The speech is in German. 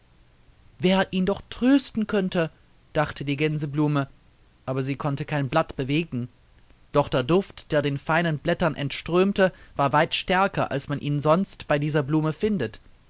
wer ihn doch trösten könnte dachte die gänseblume aber sie konnte kein blatt bewegen doch der duft der den feinen blättern entströmte war weit stärker als man ihn sonst bei dieser blume findet